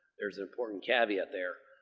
there's an important caveat there.